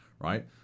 right